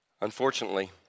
Unfortunately